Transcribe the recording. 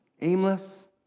aimless